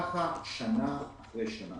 כך שנה אחרי שנה,